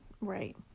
right